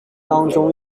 当中